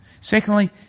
Secondly